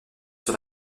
sur